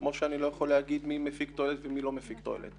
כמו שאני לא יכול לומר מי מפיק תועלת ומי לא מפיק תועלת.